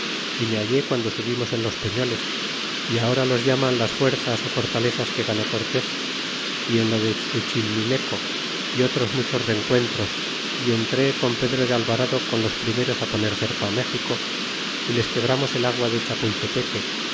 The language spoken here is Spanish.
y me hallé quando subimos en los peñoles y ahora los llaman las fuerzas ó fortalezas que ganó cortés y en lo de suchilrnileco é otros muchos rencuentros y entré con pedro de alvarado con les primeros poner cerco méxico y les quebramos el agua de